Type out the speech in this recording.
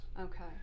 okay